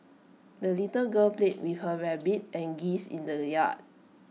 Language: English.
the little girl played with her rabbit and geese in the yard